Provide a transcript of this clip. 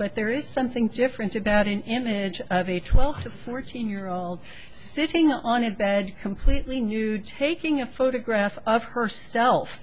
but there is something different about an image of a twelve to fourteen year old sitting on it bed completely nude taking a photograph of herself